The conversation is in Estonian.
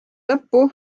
lõppu